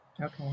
Okay